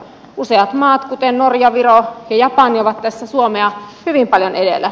useat maat kuten norja viro ja japani ovat tässä suomea hyvin paljon edellä